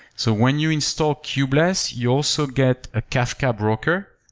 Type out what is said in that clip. so when you install kubeless, you also get a kafka broker,